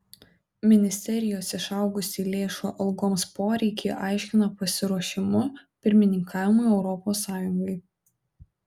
ministerijos išaugusį lėšų algoms poreikį aiškina pasiruošimu pirmininkavimui europos sąjungai